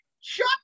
Shut